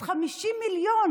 אז 50 מיליון